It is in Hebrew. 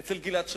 למען גלעד שליט.